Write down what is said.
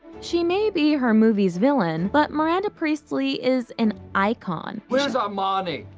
she may be her movie's villain, but miranda priestly is an icon. where's armani?